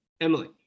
Emily